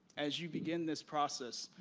as you begin this process,